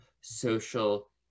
social